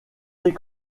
des